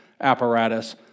apparatus